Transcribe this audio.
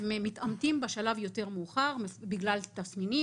הם מתאמתים בשלב יותר מאוחר; בגלל תסמינים